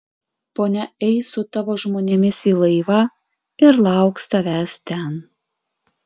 ponia eis su tavo žmonėmis į laivą ir lauks tavęs ten